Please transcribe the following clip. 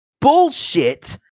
bullshit